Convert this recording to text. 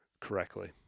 correctly